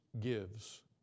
gives